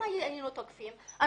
אם היינו תוקפים,